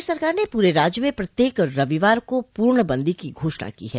प्रदेश सरकार ने पूरे राज्य में प्रत्येक रविवार को पूर्ण बंदी की घोषणा की है